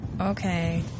Okay